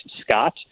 Scott